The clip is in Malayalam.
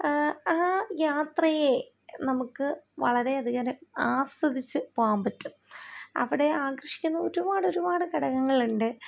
ആ യാത്രയെ നമുക്ക് വളരെയധികം ആസ്വദിച്ച് പോകാൻ പറ്റും അവിടെ ആകർഷിക്കുന്ന ഒരുപാട് ഒരുപാട് ഘടകങ്ങളുണ്ട്